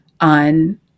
on